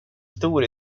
stor